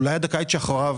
אולי עד הקיץ אחריו.